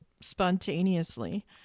spontaneously